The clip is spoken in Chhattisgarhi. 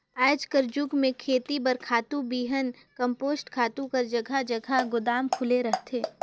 आएज कर जुग में खेती बर खातू, बीहन, कम्पोस्ट खातू कर जगहा जगहा दोकान खुले रहथे